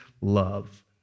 love